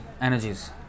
energies